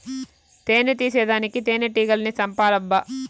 తేని తీసేదానికి తేనెటీగల్ని సంపాలబ్బా